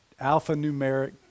alphanumeric